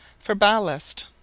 for ballast.